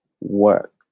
work